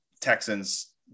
Texans